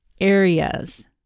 areas